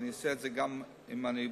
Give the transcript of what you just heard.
ואני אעשה את זה גם עם הקואליציה.